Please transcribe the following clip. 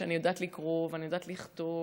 שאני יודעת לקרוא ואני יודעת לכתוב,